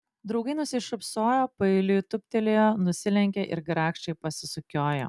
draugai nusišypsojo paeiliui tūptelėjo nusilenkė ir grakščiai pasisukiojo